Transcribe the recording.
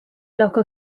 local